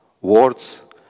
Words